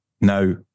Now